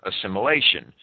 assimilation